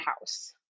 house